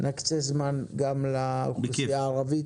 נקצה זמן גם לאוכלוסייה הערבית,